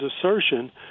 assertion